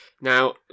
Now